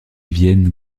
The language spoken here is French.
viennent